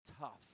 tough